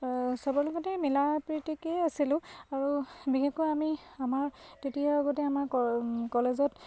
চবৰ লগতে মিলাপ্ৰীতিকেই আছিলোঁ আৰু বিশেষকৈ আমি আমাৰ তেতিয়া আগতে আমাৰ কলেজত